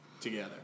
Together